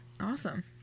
Awesome